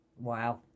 Wow